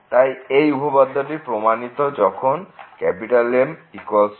তাই এই উপপাদ্যটি প্রমাণিত যখন M m